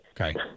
Okay